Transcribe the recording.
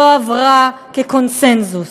לא עברה כקונסנזוס,